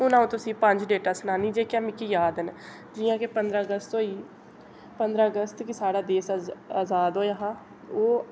हून अ'ऊं तुसें गी पंज डेटां सनानी जेह्ड़ियां मिगी याद न जियां कि पंदरां अगस्त होई गेई पंदरां अगस्त गी देस अजाद होएया हा ते ओह्